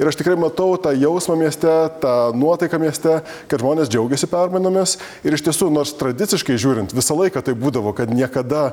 ir aš tikrai matau tą jausmą mieste tą nuotaiką mieste kad žmonės džiaugiasi permainomis ir iš tiesų nors tradiciškai žiūrint visą laiką taip būdavo kad niekada